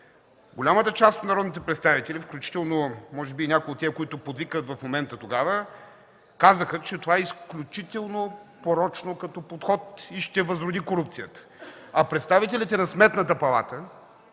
Голямата част от народните представители, включително може би и някои от тези, които подвикват в момента, тогава казаха, че това е изключително порочно като подход и ще възроди корупцията. Представителите на Сметната палата